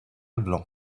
blanc